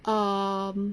um